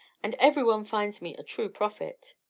and every one finds me a true prophet.